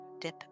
dip